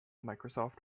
microsoft